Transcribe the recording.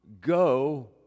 go